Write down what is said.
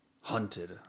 Hunted